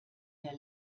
der